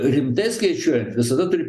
rimtai skaičiuojant visada turi